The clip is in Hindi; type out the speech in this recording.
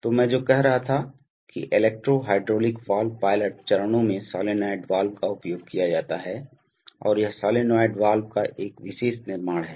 तो मैं जो कह रहा था कि इलेक्ट्रो हाइड्रोलिक वाल्व पायलट चरणों में सोलेनोइड वाल्व का उपयोग किया जाता है और यह सोलनॉइड वाल्व का एक विशेष निर्माण है